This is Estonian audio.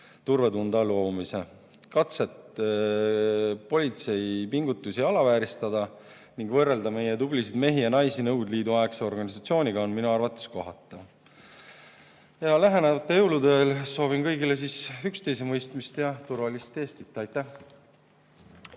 turvatunde loomise. Katsed politsei pingutusi alavääristada ning võrrelda meie tublisid mehi ja naisi Nõukogude Liidu aegse organisatsiooniga on minu arvates kohatud. Lähenevate jõulude ajal soovin kõigile üksteisemõistmist ja turvalist Eestit. Aitäh!